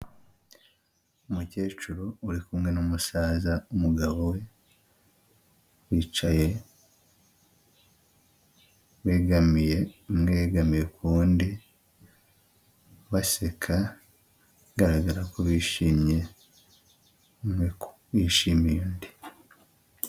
Umukecuru uri kumwe n'umusaza, umugabo wicaye begamye, umwe yegamiye ku wundi baseka bigaragara ko bishimye umwe ko yishimiye undi.